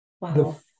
Wow